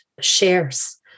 shares